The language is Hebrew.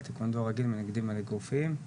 בטקוונדו הרגיל מנקדים על אגרופים,